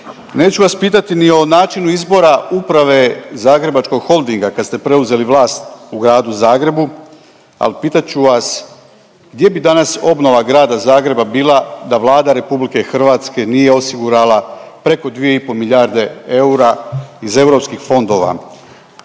Neću vas pitati ni o načinu izbora uprave Zagrebačkog holdinga kad ste preuzeli vlast u gradu Zagrebu, al pitati ću vas gdje bi danas obnova grada Zagreba bila da Vlada RH nije osigurala preko 2,5 milijarde eura iz europskih fondova.